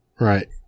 Right